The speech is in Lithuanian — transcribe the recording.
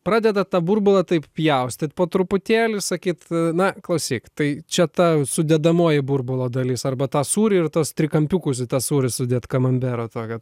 pradeda tą burbulą taip pjaustyt po truputėlį sakyt na klausyk tai čia ta sudedamoji burbulo dalis arba tą sūrį ir tas trikampiukus į tą sūrį sudėt kamambero tokio